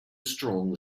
strong